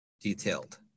detailed